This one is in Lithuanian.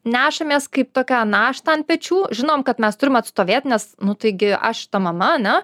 nešamės kaip tokią naštą ant pečių žinom kad mes turim atstovėt nes nu taigi aš ta mama ane